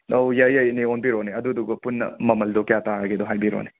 ꯑꯧ ꯌꯥꯏꯌꯦ ꯌꯥꯏꯌꯦ ꯏꯅꯦ ꯑꯣꯟꯕꯤꯔꯣꯅꯦ ꯑꯗꯨꯗꯨꯒ ꯄꯨꯟꯅ ꯃꯃꯜꯗꯣ ꯀꯌꯥ ꯇꯔꯒꯦꯗꯣ ꯍꯥꯏꯕꯤꯔꯣꯅꯦ